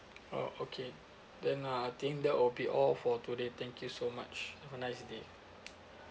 oh okay then uh I think that will be all for today thank you so much have a nice day